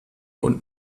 und